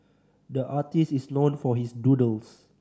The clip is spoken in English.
the artist is known for his doodles